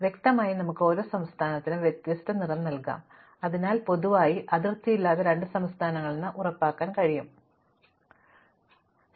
ഇപ്പോൾ വ്യക്തമായി നമുക്ക് ഓരോ സംസ്ഥാനത്തിനും വ്യത്യസ്ത നിറം നൽകാം അതിനാൽ പൊതുവായി അതിർത്തിയില്ലാത്ത രണ്ട് സംസ്ഥാനങ്ങളില്ലെന്ന് ഉറപ്പാക്കാൻ കഴിയും വാസ്തവത്തിൽ മാപ്പിൽ എവിടെയും രണ്ട് സംസ്ഥാനങ്ങൾക്കും ഒരേ നിറമില്ല